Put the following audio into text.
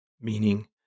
meaning